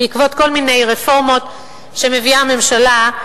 בעקבות כל מיני רפורמות שמביאה הממשלה,